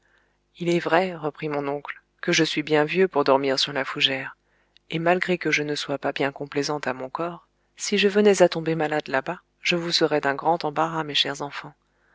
il est vrai reprit mon oncle que je suis bien vieux pour dormir sur la fougère et malgré que je ne sois pas bien complaisant à mon corps si je venais à tomber malade là-bas je vous serais d'un grand embarras mes chers enfants